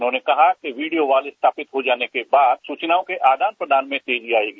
उन्होंने कहा कि वीडियो वॉल स्थापित हो जाने के बाद सूचनाओं के आदान प्रदान में तेजी आएगी